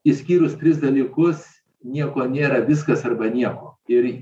išskyrus tris dalykus nieko nėra viskas arba nieko ir